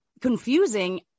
confusing